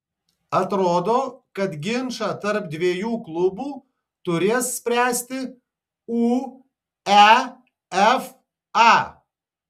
atrodo kad ginčą tarp dviejų klubų turės spręsti uefa